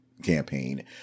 campaign